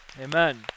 Amen